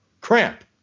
cramp